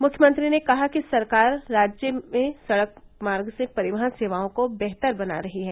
मुख्यमंत्री ने कहा कि सरकार राज्य में सड़क मार्ग से परिवहन सेवाओं को बेहतर बना रही है